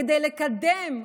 כדי לקדם,